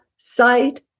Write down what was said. Sight